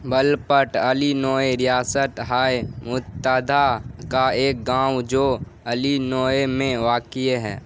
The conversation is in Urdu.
بلپٹ علی نوئے ریاست ہائے متحدہ کا ایک گاؤں جو علی نوئے میں واقع ہے